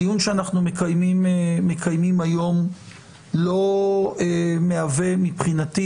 הדיון שאנחנו מקיימים היום לא מהווה מבחינתי